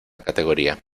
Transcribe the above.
categoría